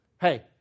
hey